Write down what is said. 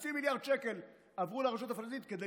חצי מיליארד שקל עברו לרשות הפלסטינית כדי